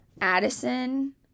Addison